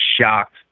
shocked